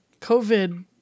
COVID